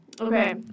Okay